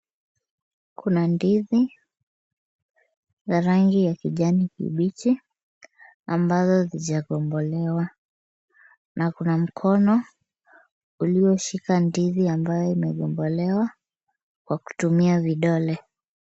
Kuna ndizi za rangi ya kijani kibichi ambazo zijagongolewa, na kuna mkono ulioshika ndizi ambayo imegongolewa kwa kutumia vidole.